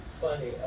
funny